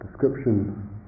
description